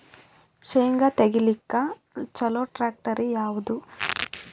ಶೇಂಗಾ ತೆಗಿಲಿಕ್ಕ ಚಲೋ ಟ್ಯಾಕ್ಟರಿ ಯಾವಾದು?